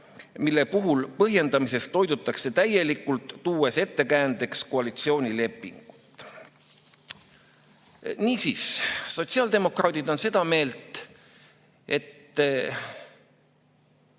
mille puhul põhjendamisest hoidutakse täielikult, tuues ettekäändeks koalitsioonilepingut." Niisiis, sotsiaaldemokraadid on seda meelt, et